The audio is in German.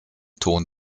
ton